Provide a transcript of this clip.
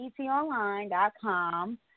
etonline.com